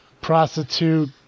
prostitute